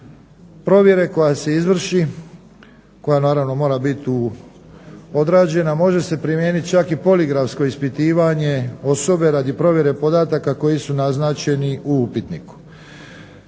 provjere koja se izvrši, koja naravno mora biti odrađena, može se primijenit čak i poligrafsko ispitivanje osobe radi provjere podataka koji su naznačeni u upitniku.